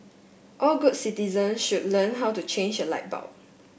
all good citizens should learn how to change a light bulb